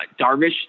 Darvish